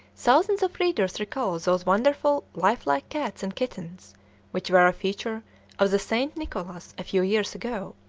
thousands of readers recall those wonderfully lifelike cats and kittens which were a feature of the st. nicholas a few years ago,